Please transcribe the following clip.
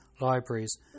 libraries